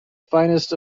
finest